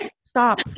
Stop